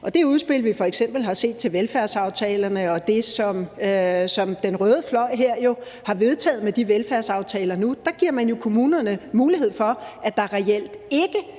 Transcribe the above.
I det udspil til velfærdsaftalerne, vi f.eks. har set, og i det, som den røde fløj jo har vedtaget i form af de velfærdsaftaler nu, giver man jo kommunerne mulighed for, at der reelt ikke